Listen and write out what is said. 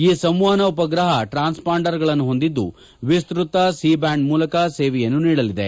ಈ ಸಂವಹನ ಉಪಗ್ರಹ ಟ್ರಾನ್ಸ್ ಪಾಂಡರ್ಗಳನ್ನು ಹೊಂದಿದ್ದು ವಿನ್ನಕ ಶಿ ಬ್ಕಾಂಡ್ ಮೂಲಕ ಸೇವೆಯನ್ನು ನೀಡಲಿದೆ